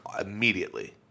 immediately